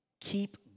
keep